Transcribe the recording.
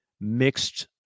mixed